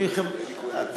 נקבעו קריטריונים.